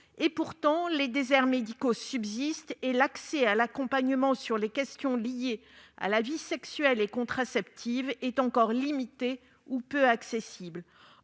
Pourtant, les déserts médicaux subsistent, et l'accompagnement sur les questions liées à la vie sexuelle et contraceptive est encore limité ou peu accessible.